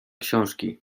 książki